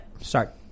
start